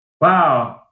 wow